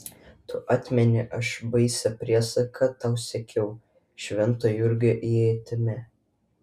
tu atmeni aš baisia priesaika tau siekiau švento jurgio ietimi